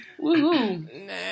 woohoo